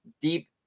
deep